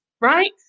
Right